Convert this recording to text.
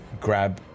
grab